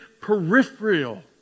peripheral